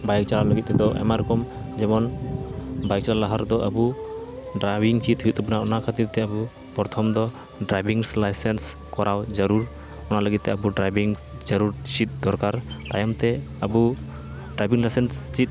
bike ᱪᱟᱞᱟᱣ ᱞᱟᱜᱤᱫ ᱛᱮᱫᱚ ᱟᱭᱢᱟ ᱨᱚᱠᱚᱢ ᱡᱮᱢᱚᱱ ᱵᱟᱭᱤᱠ ᱪᱟᱞᱟᱣ ᱞᱟᱦᱟᱨᱮ ᱫᱚ ᱰᱨᱟᱭᱵᱷᱤᱝ ᱪᱮᱫ ᱦᱩᱭᱩᱜ ᱛᱟᱵᱚᱱᱟ ᱚᱱᱟ ᱠᱷᱟᱹᱛᱤᱨᱛᱮ ᱟᱵᱚ ᱯᱚᱨᱛᱷᱚᱢᱫᱚ ᱰᱨᱟᱭᱵᱷᱤᱝ ᱞᱟᱭᱥᱮᱱᱥ ᱠᱚᱨᱟᱣ ᱡᱟᱨᱩᱲ ᱚᱱᱟ ᱞᱟᱜᱤᱫᱛᱮ ᱟᱵᱚ ᱰᱨᱟᱭᱵᱷᱤᱝ ᱡᱟᱨᱩᱲ ᱪᱮᱫ ᱫᱚᱨᱠᱟᱨ ᱛᱟᱧᱭᱚᱢᱛᱮ ᱟᱵᱚ ᱰᱨᱟᱭᱵᱷᱤᱝ ᱞᱟᱭᱥᱮᱱᱥ ᱪᱮᱫ